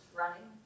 running